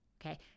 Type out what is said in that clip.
okay